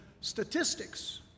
statistics